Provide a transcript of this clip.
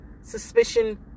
Suspicion